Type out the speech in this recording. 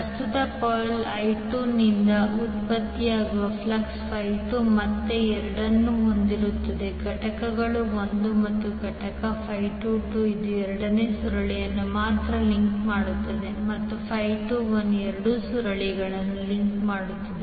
ಪ್ರಸ್ತುತ ಕಾಯಿಲ್ i2ನಿಂದ ಉತ್ಪತ್ತಿಯಾಗುವ ಫ್ಲಕ್ಸ್ 2ಮತ್ತೆ 2 ಅನ್ನು ಹೊಂದಿರುತ್ತದೆ ಘಟಕಗಳು 1 ಘಟಕ 22 ಇದು ಎರಡನೇ ಸುರುಳಿಯನ್ನು ಮಾತ್ರ ಲಿಂಕ್ ಮಾಡುತ್ತದೆ ಮತ್ತು 21 ಎರಡೂ ಸುರುಳಿಗಳನ್ನು ಲಿಂಕ್ ಮಾಡುತ್ತದೆ